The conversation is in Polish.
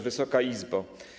Wysoka Izbo!